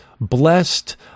blessed